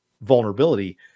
vulnerability